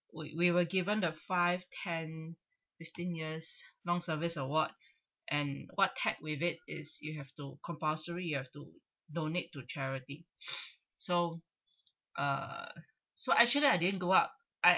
we we were given the five ten fifteen years long service award and what take with it is you have to compulsory you have to donate to charity so uh so actually I didn't go up I